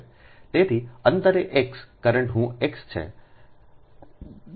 તેથી અંતરે x current હું x છે